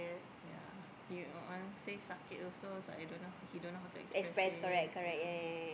yea he want to say sakit also it's like don't know he don't know how to express it yea